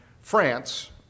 France